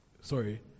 Sorry